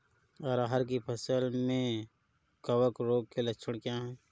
अरहर की फसल में कवक रोग के लक्षण क्या है?